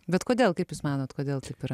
bet kodėl kaip jūs manot kodėl taip yra